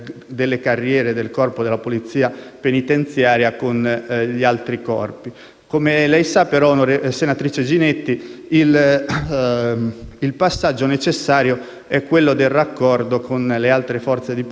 penitenziaria con gli altri Corpi. Come lei sa, però, senatrice Ginetti, il passaggio necessario è quello del raccordo con le altre forze di polizia, secondo quanto contenuto all'interno